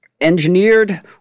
engineered